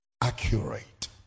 accurate